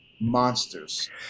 monsters